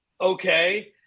Okay